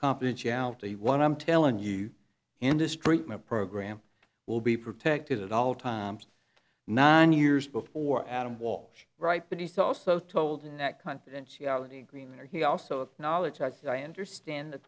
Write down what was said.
confidentiality what i'm telling you industry my program will be protected at all times nine years before adam walsh right but he's also told in that confidentiality agreement or he also acknowledged as i understand that